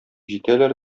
җитәләр